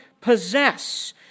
possess